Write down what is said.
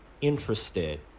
interested